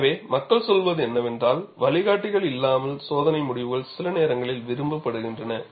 எனவே மக்கள் சொல்வது என்னவென்றால் வழிகாட்டிகள் இல்லாமல் சோதனை முடிவுகள் சில நேரங்களில் விரும்பப்படுகின்றன